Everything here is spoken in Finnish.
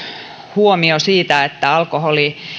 huomio siitä että alkoholi